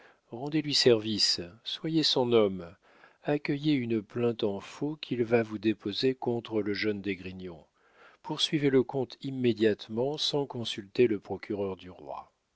d'esgrignon rendez-lui service soyez son homme accueillez une plainte en faux qu'il va vous déposer contre le jeune d'esgrignon poursuivez le comte immédiatement sans consulter le procureur du roi